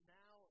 now